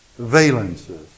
valences